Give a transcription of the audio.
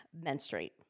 menstruate